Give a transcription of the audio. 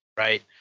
Right